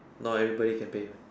not everybody can pay meh